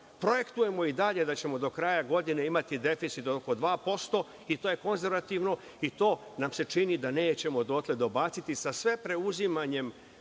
meseci. Projektujemo i dalje da ćemo do kraja godine imati deficit od oko 2% i to je konzervativno i to nam se čini da nećemo dotle dobaciti sa sve preuzimanjem